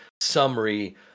summary